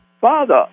father